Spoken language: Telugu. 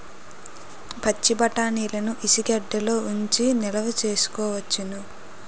పచ్చిబఠాణీలని ఇసుగెడ్డలలో ఉంచి నిలవ సేసుకోవచ్చును